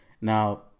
Now